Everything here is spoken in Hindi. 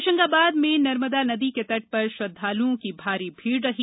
होशंगाबाद में नर्मदा नदी के तट पर श्रद्धालुओं की भारी भीड रही